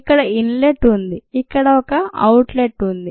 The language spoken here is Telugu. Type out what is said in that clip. ఇక్కడ ఇన్ లెట్ ఉంది ఇక్కడ ఒక అవుట్ లెట్ ఉంది